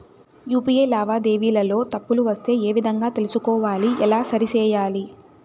UPI లావాదేవీలలో తప్పులు వస్తే ఏ విధంగా తెలుసుకోవాలి? ఎలా సరిసేయాలి?